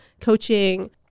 coaching